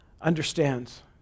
understands